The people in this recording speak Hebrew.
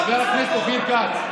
חבר הכנסת אופיר כץ,